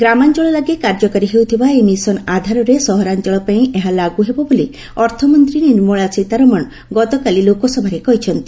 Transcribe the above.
ଗ୍ରାମାଞ୍ଚଳ ଲାଗି କାର୍ଯ୍ୟକାରୀ ହେଉଥିବା ଏହି ମିଶନ୍ ଆଧାରାରେ ସହରାଞଳ ପାଇଁ ଏହା ଲାଗୁ ହେବ ବୋଲି ଅର୍ଥମନ୍ତ୍ରୀ ନିର୍ମଳା ସୀତାରମଣ ଗତକାଲି ଲୋକସଭାରେ କହିଛନ୍ତି